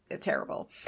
terrible